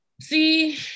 See